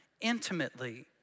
intimately